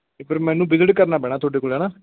ਅਤੇ ਫਿਰ ਮੈਨੂੰ ਵਿਜਿਟ ਕਰਨਾ ਪੈਣਾ ਤੁਹਾਡੇ ਕੋਲ ਹੈ ਨਾ